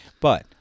But-